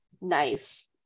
Nice